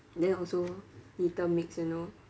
then also little mix you know